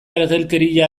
ergelkeria